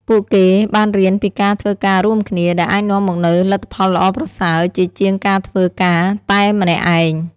ពួកគេបានរៀនពីការធ្វើការរួមគ្នា ដែលអាចនាំមកនូវលទ្ធផលល្អប្រសើរជាជាងការធ្វើការតែម្នាក់ឯង។